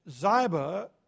Ziba